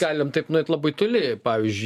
galim taip nueit labai toli pavyzdžiui